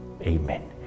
amen